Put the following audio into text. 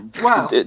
Wow